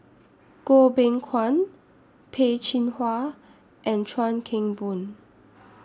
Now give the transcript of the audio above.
Goh Beng Kwan Peh Chin Hua and Chuan Keng Boon